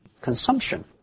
consumption